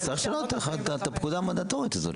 אז צריך לשנות את הפקודה המנדטורית הזאת,